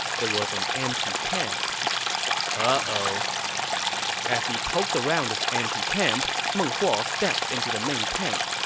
it was an empty camp ah oh as he poked around this empty camp, meng huo stepped into the main tent,